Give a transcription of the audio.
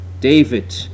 David